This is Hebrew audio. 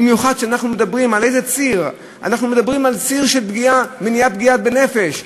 במיוחד כשאנחנו מדברים על ציר של מניעת פגיעה בנפש,